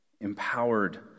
empowered